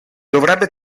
dovrebbe